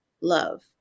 love